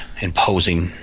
imposing